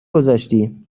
گذاشتی